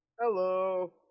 Hello